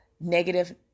negative